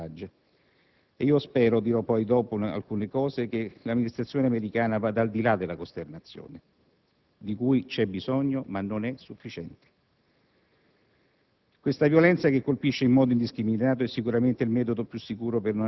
La Rice ha espresso ad Abu Mazen una profonda tristezza per la strage; io spero - dirò poi alcune cose in proposito - che l'amministrazione americana vada al di là della costernazione, di cui c'è bisogno ma che non è sufficiente.